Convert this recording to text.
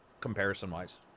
comparison-wise